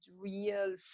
real